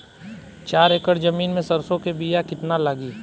चार एकड़ जमीन में सरसों के बीया कितना लागी?